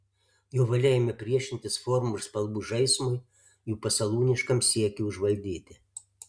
jo valia ėmė priešintis formų ir spalvų žaismui jų pasalūniškam siekiui užvaldyti